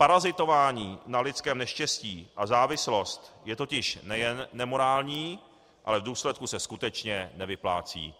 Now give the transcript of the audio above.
Parazitování na lidském neštěstí a závislost je totiž nejen nemorální, ale v důsledku se skutečně nevyplácí.